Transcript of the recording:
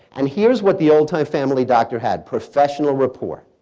and here's what the old-time family doctor had, professional rapport.